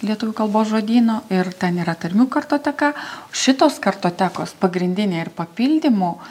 lietuvių kalbos žodyno ir ten yra tarmių kartoteka šitos kartotekos pagrindinė ir papildymų